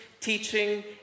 teaching